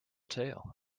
tail